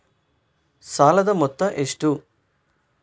ಸಾಲದ ಮೊತ್ತ ಎಷ್ಟು?